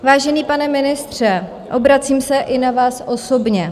Vážený pane ministře, obracím se i na vás osobně.